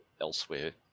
elsewhere